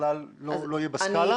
בכלל לא יהיה בסקאלה.